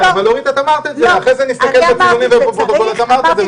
אחרי זה נסתכל בפרוטוקול, את אמרת את זה.